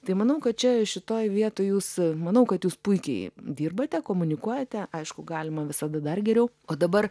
tai manau kad čia šitoj vietoj jūs manau kad jūs puikiai dirbate komunikuojate aišku galima visada dar geriau o dabar